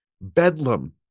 Bedlam